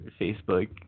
Facebook